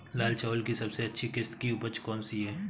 लाल चावल की सबसे अच्छी किश्त की उपज कौन सी है?